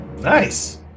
nice